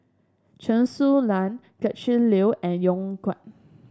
Chen Su Lan Gretchen Liu and Yong Guan